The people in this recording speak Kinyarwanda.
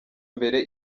mbere